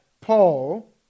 Paul